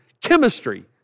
chemistry